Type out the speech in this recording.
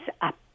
up